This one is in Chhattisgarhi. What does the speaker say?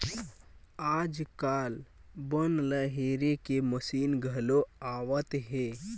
आजकाल बन ल हेरे के मसीन घलो आवत हे